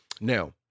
now